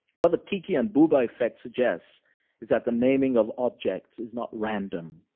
what the kiki and bouba effect suggests is that the naming of objects is not random.